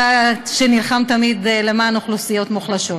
אתה, שנלחם תמיד למען אוכלוסיות מוחלשות.